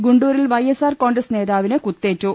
ഗുണ്ടൂരിൽ YSR Congress നേതാവിന് കുത്തേറ്റു